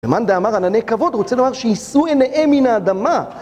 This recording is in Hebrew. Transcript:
למאן דאמר ענני כבוד, רוצה לומר שישאו עיניהם מן האדמה.